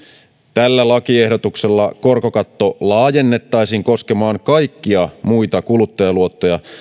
tällä lakiehdotuksella korkokatto laajennettaisiin koskemaan kaikkia muita kuluttajaluottoja